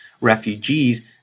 refugees